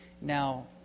now